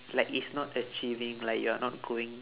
like it's not achieving like you're not going